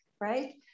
right